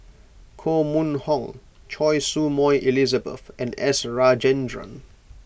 Koh Mun Hong Choy Su Moi Elizabeth and S Rajendran